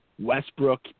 Westbrook